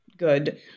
good